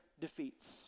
defeats